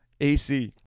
AC